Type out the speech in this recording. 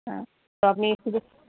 হ্যাঁ তো আপনি